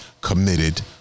committed